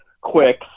quick